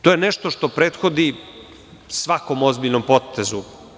To je nešto što prethodni svakom ozbiljnom potezu.